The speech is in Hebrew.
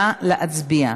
נא להצביע.